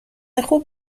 خوب